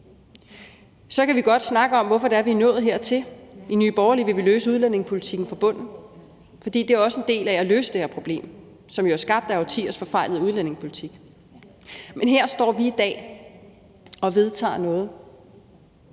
Så kan vi også godt snakke om, hvorfor vi er nået hertil. I Nye Borgerlige vil vi løse udlændingepolitikken fra bunden, for det er også en del af at løse det her problem, som jo er skabt af årtiers forfejlede udlændingepolitik. Her står vi så i dag og vedtager noget